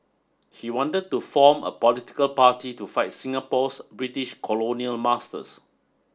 he wanted to form a political party to fight Singapore's British colonial masters